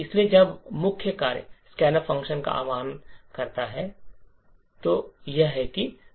इसलिए जब मुख्य कार्य स्कैन फ़ंक्शन का आह्वान करता है तो यह है कि स्टैक कैसा दिखने वाला है